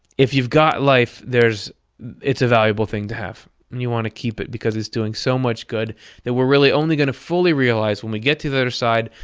if you've got life. it's a valuable thing to have, and you want to keep it because it's doing so much good that we're really only going to fully realize when we get to the other side,